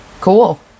cool